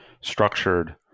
structured